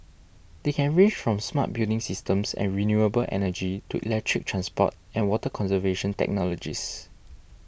they can range from smart building systems and renewable energy to electric transport and water conservation technologies